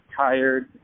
tired